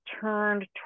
turned